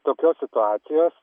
tokios situacijos